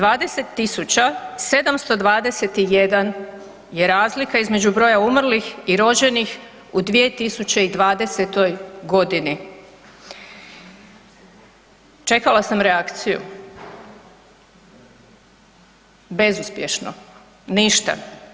20.721 je razlika između broja umrlih i rođenih u 2020.g. Čekala sam reakciju, bezuspješno, ništa.